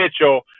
Mitchell